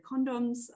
condoms